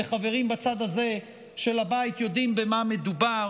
וחברים בצד הזה של הבית יודעים במה מדובר.